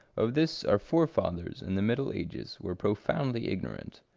of this our forefathers in the middle ages were profoundly ignorant.